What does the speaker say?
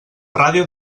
ràdio